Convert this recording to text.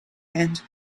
and